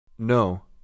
No